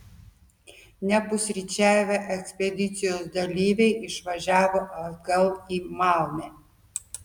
nepusryčiavę ekspedicijos dalyviai išvažiavo atgal į malmę